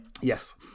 Yes